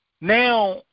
Now